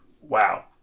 wow